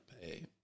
pay